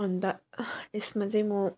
अनि त यसमा चाहिँ म